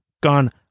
gone